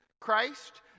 christ